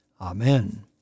Amen